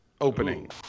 opening